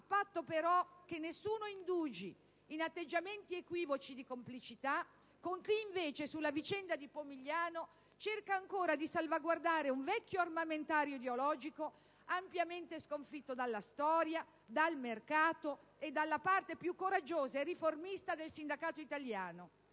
A patto, però, che nessuno indugi in atteggiamenti equivoci di complicità con chi, invece, sulla vicenda di Pomigliano cerca ancora di salvaguardare un vecchio armamentario ideologico ampiamente sconfitto dalla storia, dal mercato e dalla parte più coraggiosa e riformista del sindacato italiano.